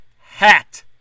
hat